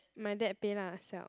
my dad pay lah siao